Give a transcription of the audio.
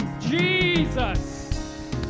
Jesus